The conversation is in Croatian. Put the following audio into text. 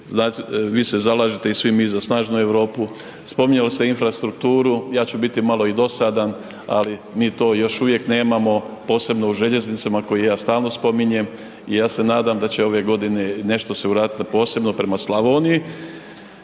vi se zalažete i svi mi za snažnu Europu, spominjali ste infrastrukturu, ja ću biti malo i dosadan, ali mi to još uvijek nemamo, posebno u željeznicama koje ja stalno spominjem i ja se nadam da će ove godine nešto se uradit posebno prema Slavoniji.